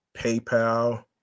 paypal